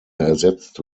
ersetzt